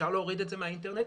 אפשר להוריד אותה מהאינטרנט,